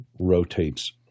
rotates